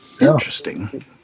Interesting